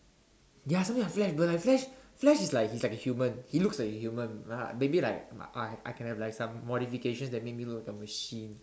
ya something like flash but like flash flash is like he's like a human he looks like he's a human uh maybe like I I can have some modifications that make me look like a machine